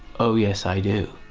oh yes i do.